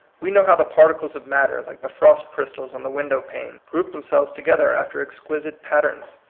we know how the particles of matter, like the frost crystals on the window-panes, group them selves together after exquisite patterns.